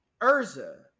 urza